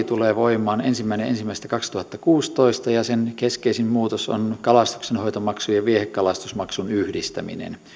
tulee voimaan ensimmäinen ensimmäistä kaksituhattakuusitoista ja sen keskeisin muutos on kalastuksenhoitomaksun ja viehekalastusmaksun yhdistäminen